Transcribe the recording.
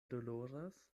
doloras